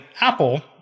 Apple